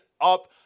up